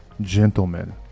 gentlemen